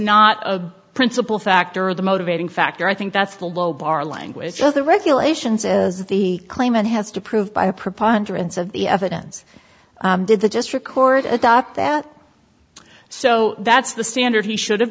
not a principle factor the motivating factor i think that's the low bar language the regulations as the claimant has to prove by a preponderance of the evidence did they just record atop that so that's the standard he should